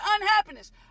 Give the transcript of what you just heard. unhappiness